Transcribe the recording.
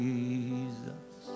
Jesus